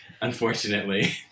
Unfortunately